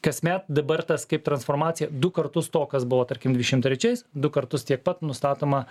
kasmet dabar tas kaip transformacija du kartus to kas buvo tarkim dvidešim trečiais du kartus tiek pat nustatoma